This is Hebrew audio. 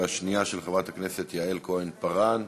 והשנייה, של חברת הכנסת יעל כהן-פארן.